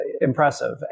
impressive